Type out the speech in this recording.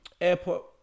airport